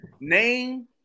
Name